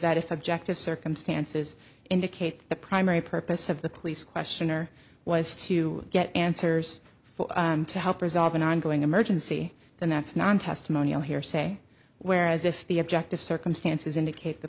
that if objective circumstances indicate the primary purpose of the police questioner was to get answers for to help resolve an ongoing emergency then that's non testimonial hearsay whereas if the objective circumstances indicate the